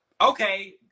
Okay